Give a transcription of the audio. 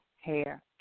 hair